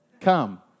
Come